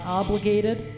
obligated